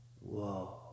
Whoa